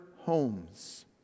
homes